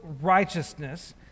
righteousness